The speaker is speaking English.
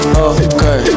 okay